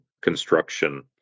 construction